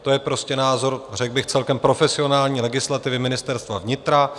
To je prostě názor, řekl bych, celkem profesionální legislativy Ministerstva vnitra.